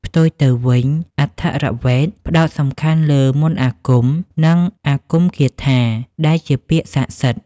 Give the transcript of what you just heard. ផ្ទុយទៅវិញ អថវ៌េទ ផ្ដោតសំខាន់លើ មន្តអាគម និង អាគមគាថា ដែលជាពាក្យស័ក្តិសិទ្ធិ។